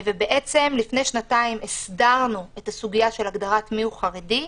לפני שנתיים הסדרנו את ההגדרה מיהו חרדי,